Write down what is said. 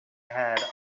had